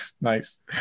Nice